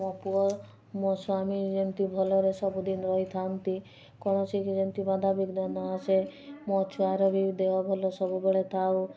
ମୋ ପୁଅ ମୋ ସ୍ୱାମୀ ଯେମତି ଭଲରେ ସବୁ ଦିନ ରହିଥାଆନ୍ତି କୌଣସି କି ଯେମତି ବାଧାବିଘ୍ନ ନଆସେ ମୋ ଛୁଆର ବି ଦେହ ଭଲ ସବୁବେଳେ ଥାଉ